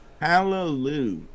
hallelujah